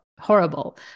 horrible